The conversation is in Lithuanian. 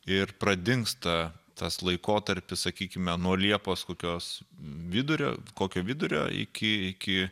ir pradingsta tas laikotarpis sakykime nuo liepos kokios vidurio kokio vidurio iki iki